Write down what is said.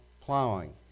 plowing